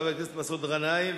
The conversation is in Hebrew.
חבר הכנסת מסעוד גנאים,